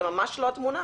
זאת ממש לא התמונה,